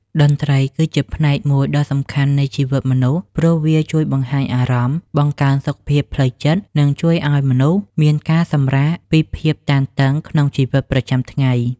តន្ត្រីគឺជាផ្នែកមួយដ៏សំខាន់នៃជីវិតមនុស្ស ព្រោះវាជួយបង្ហាញអារម្មណ៍ បង្កើនសុខភាពផ្លូវចិត្ត និងជួយឱ្យមនុស្សមានការសម្រាកពីភាពតានតឹងក្នុងជីវិតប្រចាំថ្ងៃ។